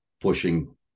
pushing